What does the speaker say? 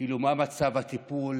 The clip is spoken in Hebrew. מה מצב הטיפול